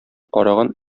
караган